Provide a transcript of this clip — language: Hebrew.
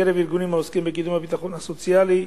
מקרב ארגונים העוסקים בקידום הביטחון הסוציאלי,